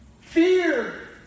fear